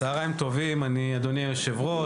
אדוני היושב-ראש,